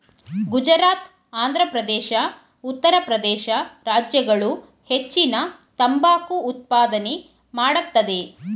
ಗುಜರಾತ್, ಆಂಧ್ರಪ್ರದೇಶ, ಉತ್ತರ ಪ್ರದೇಶ ರಾಜ್ಯಗಳು ಹೆಚ್ಚಿನ ತಂಬಾಕು ಉತ್ಪಾದನೆ ಮಾಡತ್ತದೆ